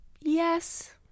Yes